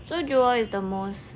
so jewel is the most